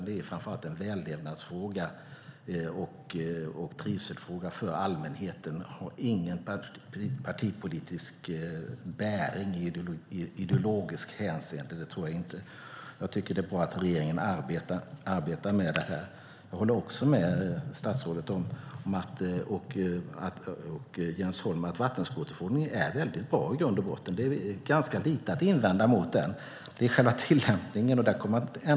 Det är framför allt en vällevnadsfråga och trivselfråga för allmänheten. Jag tror inte att den har någon partipolitisk bäring i ideologiskt hänseende. Det är bra att regeringen arbetar med det här. Jag håller också med statsrådet och Jens Holm om att vattenskoterförordningen i grund och botten är väldigt bra. Det finns ganska lite att invända mot den. Det är själva tillämpningen det handlar om.